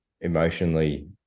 emotionally